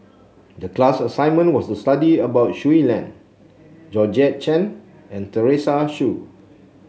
the class assignment was to study about Shui Lan Georgette Chen and Teresa Hsu